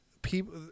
People